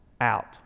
out